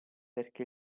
perché